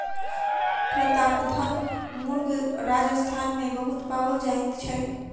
प्रतापधन मुर्ग राजस्थान मे बहुत पाओल जाइत छै